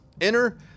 Enter